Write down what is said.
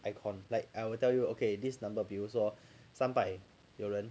I can't like I will tell you okay this number 比如说三百有人